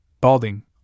balding